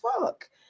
fuck